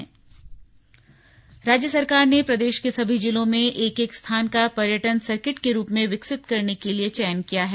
पर्यटक सर्किट राज्य सरकार ने प्रदेश के सभी जिलों में एक एक स्थान का पर्यटन सर्किट के रूप में विकसित करने के लिए चयन किया है